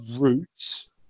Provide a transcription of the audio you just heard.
roots